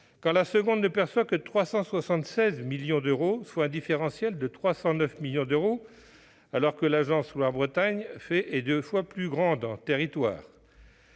quand la seconde ne perçoit que 376 millions d'euros, soit un différentiel de 309 millions, et ce, alors que l'agence Loire-Bretagne regroupe deux fois plus de territoires.